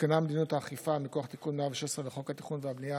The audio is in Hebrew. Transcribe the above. עודכנה מדיניות האכיפה מכוח תיקון 116 לחוק התכנון והבנייה,